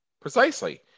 Precisely